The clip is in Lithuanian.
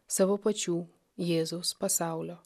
savo pačių jėzaus pasaulio